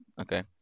okay